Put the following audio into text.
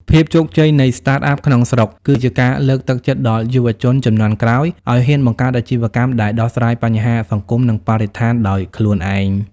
ភាពជោគជ័យនៃ Startup ក្នុងស្រុក គឺជាការលើកទឹកចិត្តដល់យុវជនជំនាន់ក្រោយឱ្យហ៊ានបង្កើតអាជីវកម្មដែលដោះស្រាយបញ្ហាសង្គម និងបរិស្ថានដោយខ្លួនឯង។